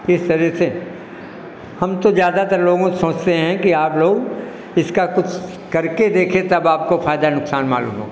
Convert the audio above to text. तो इस तरह से हम तो ज़्यादातर लोगों से समझते हैं कि आप लोग इसका कुछ करके देखें तब आपको फ़ायदा नुकसान मालूम होगा